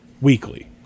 weekly